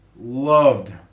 loved